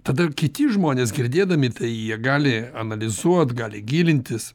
tada kiti žmonės girdėdami tai jie gali analizuot gali gilintis